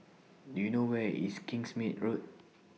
Do YOU know Where IS Kingsmead Road